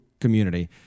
community